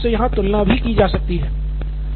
तो मेरे हिसाब से यहाँ तुलना भी की जा सकती है